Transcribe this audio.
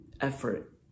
effort